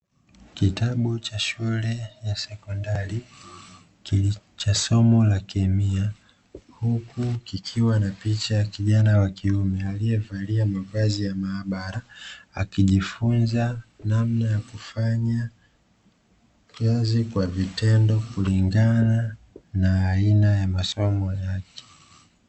Kitabu cha shule ya sekondari cha somo la kemia huku kikiwa na picha ya kijana wa kiume, aliyevalia mavazi ya maabala akijifunza namna ya kufanya kazi kwa vitendo kulingana na aina ya masomo yake .